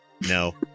no